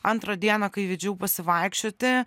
antrą dieną kai vedžiau pasivaikščioti